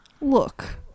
Look